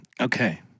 Okay